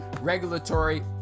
Regulatory